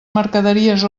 mercaderies